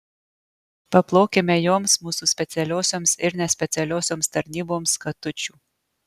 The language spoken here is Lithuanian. paplokime joms mūsų specialiosioms ir nespecialiosioms tarnyboms katučių